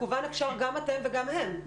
מקוון אפשר גם אתם וגם הם.